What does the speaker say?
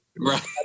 right